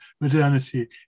modernity